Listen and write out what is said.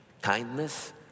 kindness